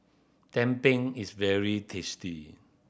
tumpeng is very tasty